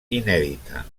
inèdita